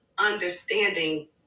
understanding